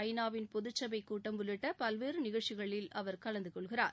ஐ நா வின் பொதுச்சபைக் கூட்டம் உள்ளிட்ட பல்வேறு நிகழ்ச்சிகளில் அவர் கலந்து கொள்கிறார்